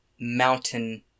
mountain